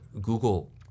Google